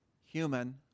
human